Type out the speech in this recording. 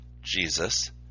Jesus